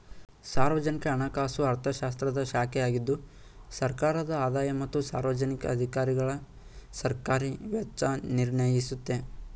ಸಾರ್ವಜನಿಕ ಹಣಕಾಸು ಅರ್ಥಶಾಸ್ತ್ರದ ಶಾಖೆಯಾಗಿದ್ದು ಸರ್ಕಾರದ ಆದಾಯ ಮತ್ತು ಸಾರ್ವಜನಿಕ ಅಧಿಕಾರಿಗಳಸರ್ಕಾರಿ ವೆಚ್ಚ ನಿರ್ಣಯಿಸುತ್ತೆ